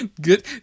Good